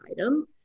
item